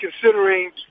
considering